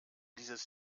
dieses